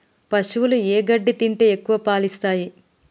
పశువులు ఏ గడ్డి తింటే ఎక్కువ పాలు ఇస్తాయి?